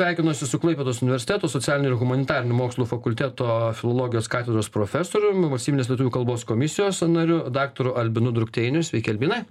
sveikinuosi su klaipėdos universiteto socialinių ir humanitarinių mokslų fakulteto filologijos katedros profesorium valstybinės lietuvių kalbos komisijos nariu daktaru albinu drukteiniu sveiki albinai